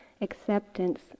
acceptance